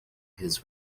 his